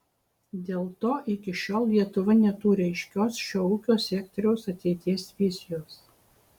dėl to iki šiol lietuva neturi aiškios šio ūkio sektoriaus ateities vizijos